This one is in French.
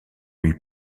lui